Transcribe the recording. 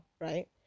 right